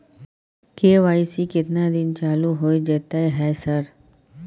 KYC केतना दिन चालू होय जेतै है सर?